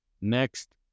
Next